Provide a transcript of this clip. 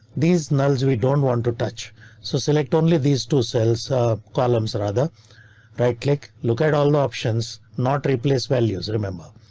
these nulls we don't want to touch so select only these two cells columns rather right click look at all the options, not replace values. remember,